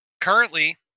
Currently